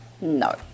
No